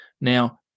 Now